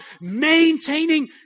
maintaining